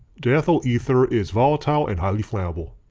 diethyl ether is volatile and highly flammable.